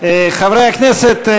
חברי הכנסת,